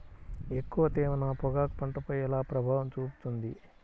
ఎక్కువ తేమ నా పొగాకు పంటపై ఎలా ప్రభావం చూపుతుంది?